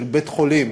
של בית-חולים